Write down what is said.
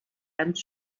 ganz